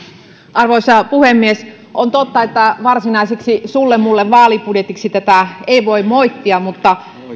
arvoisa puhemies on totta että varsinaiseksi sulle mulle vaalibudjetiksi tätä ei voi moittia mutta